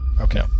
Okay